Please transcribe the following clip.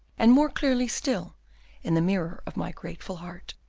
and more clearly still in the mirror of my grateful heart.